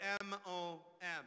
M-O-M